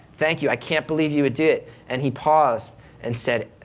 thank you. i can't believe you would do and he paused and said,